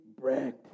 bread